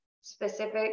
specific